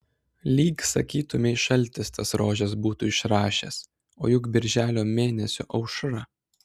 lyg sakytumei šaltis tas rožes būtų išrašęs o juk birželio mėnesio aušra